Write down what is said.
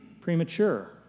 premature